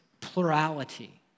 plurality